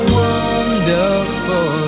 wonderful